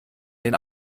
den